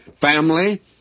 family